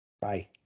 Bye